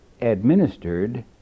administered